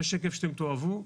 זה שקף שאתם תאהבו,